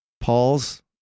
Paul's